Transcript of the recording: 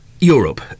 Europe